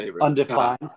undefined